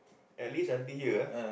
at least until here